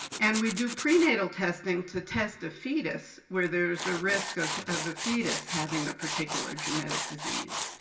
and we do prenatal testing, to test a fetus, where there's a risk of of the fetus having a particular genetic disease.